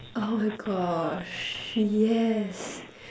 oh my gosh yes